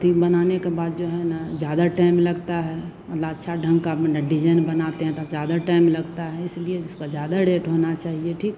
अथि बनाने के बाद जो है ना ज़्यादा टाइम लगता है मतलब अच्छे ढंग का अपना डिजाइन बनाते हैं तो ज़्यादा टाइम लगता है इसलिए इसको ज़्यादा रेट होना चाहिए ठीक